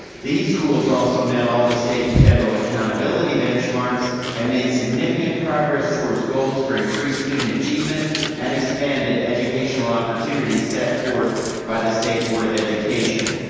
these schools also met all the state and federal accountability benchmarks and made significant progress towards goals for increased student achievement and expanded educational opportunities set forth by the state board of education.